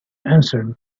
answered